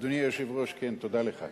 אדוני היושב-ראש, כן, תודה לך.